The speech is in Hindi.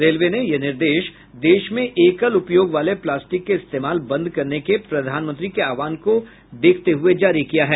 रेलवे ने यह निर्देश देश में एकल उपयोग वाले प्लास्टिक के इस्तेमाल बंद करने के प्रधानमंत्री के आह्वान को देखते हुए जारी किया है